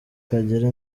kagere